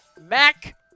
Mac